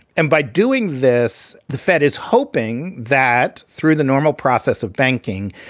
and by doing this, the fed is hoping that through the normal process of banking,